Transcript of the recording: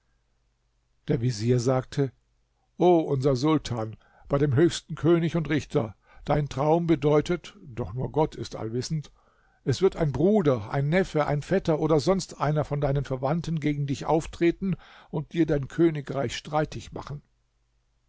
der vezier sagte o unser sultan bei dem höchsten könig und richter dein traum bedeutet doch nur gott ist allwissend es wird ein bruder ein neffe ein vetter oder sonst einer von deinen verwandten gegen dich auftreten und dir dein königreich streitig machen